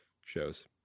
shows